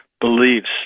beliefs